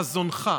חזונך,